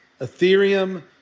Ethereum